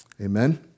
Amen